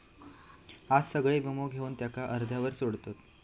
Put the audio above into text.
आज सगळे वीमो घेवन त्याका अर्ध्यावर सोडतत